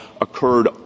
occurred